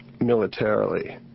militarily